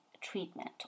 treatment